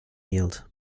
yield